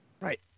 Right